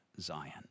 Zion